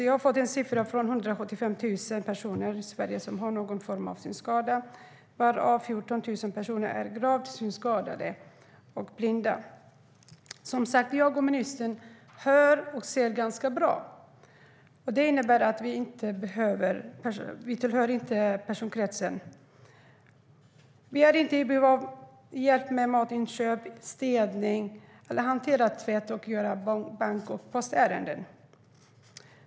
Jag har fått siffran 175 000 personer i Sverige som har någon form av synskada, varav 14 000 personer är gravt synskadade eller blinda. Jag och ministern hör och ser ganska bra. Det innebär att vi inte tillhör personkretsen som är i behov av hjälp med matinköp, städning, att hantera tvätt eller att göra bank och postärenden.